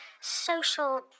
social